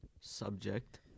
subject